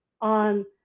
on